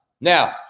Now